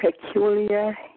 peculiar